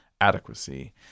adequacy